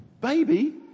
Baby